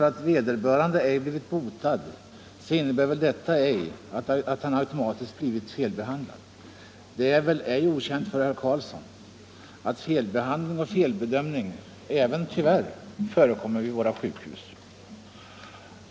Att vederbörande ej blivit botad, herr Karlsson, innebär inte automatiskt något bevis för att han blivit felbehandlad. Det är väl inte okänt för herr Karlsson att felbehandling och felbedömning även — tyvärr — förekommer vid våra sjukhus?